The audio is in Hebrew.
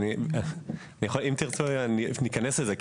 אם תרצו אני אכנס לזה,